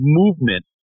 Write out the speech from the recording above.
movement